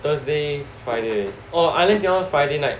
Thursday Friday already or unless you all want Friday night